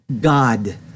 God